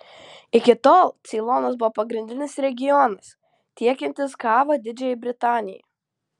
iki tol ceilonas buvo pagrindinis regionas tiekiantis kavą didžiajai britanijai